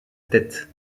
tête